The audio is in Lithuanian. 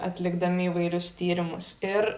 atlikdami įvairius tyrimus ir